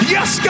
Yes